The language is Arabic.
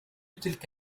تلك